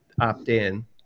opt-in